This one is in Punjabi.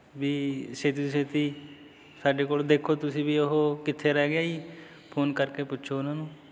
ਵੀ ਛੇਤੀ ਤੋਂ ਛੇਤੀ ਸਾਡੇ ਕੋਲ ਦੇਖੋ ਤੁਸੀਂ ਵੀ ਉਹ ਕਿੱਥੇ ਰਹਿ ਗਿਆ ਜੀ ਫੋਨ ਕਰਕੇ ਪੁੱਛੋ ਉਹਨਾਂ ਨੂੰ